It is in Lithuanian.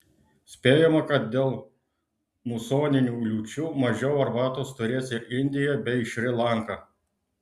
spėjama kad dėl musoninių liūčių mažiau arbatos turės ir indija bei šri lanka